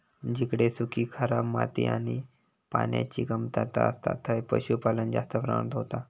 जिकडे सुखी, खराब माती आणि पान्याची कमतरता असता थंय पशुपालन जास्त प्रमाणात होता